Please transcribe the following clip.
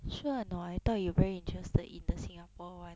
sure or not I thought you very interested in the singapore [one]